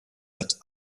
hat